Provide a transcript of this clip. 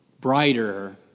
brighter